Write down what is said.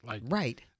Right